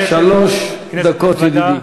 שלוש דקות, ידידי.